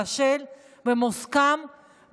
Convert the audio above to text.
בשל ומוסכם,